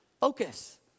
Focus